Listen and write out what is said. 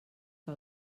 que